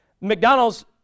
McDonald's